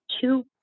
two